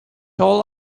all